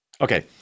okay